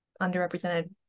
underrepresented